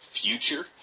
future